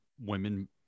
women